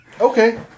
Okay